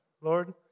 Lord